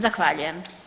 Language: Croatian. Zahvaljujem.